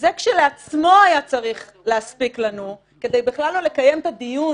זה כשלעצמו היה צריך להספיק לנו כדי בכלל לא לקיים את הדיון